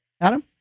Adam